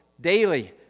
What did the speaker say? daily